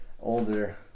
older